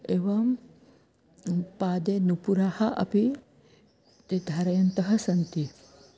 एवं पादे नूपुरान् अपि ते धारयन्तः सन्ति